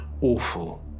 awful